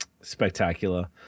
Spectacular